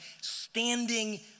standing